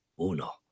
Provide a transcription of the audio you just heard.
uno